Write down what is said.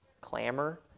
clamor